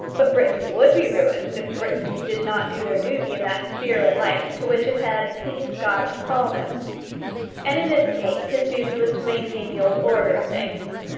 but britain would be ruined if britons did not do their duty in that sphere of life to which it had pleased god to call them and in this case his duty was to maintain the old order of things.